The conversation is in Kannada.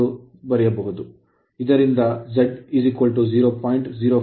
ಆದ್ದರಿಂದ Z 0